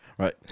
Right